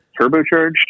turbocharged